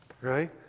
right